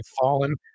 fallen